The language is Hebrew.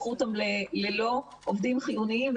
הפכו אותם ללא עובדים חיוניים,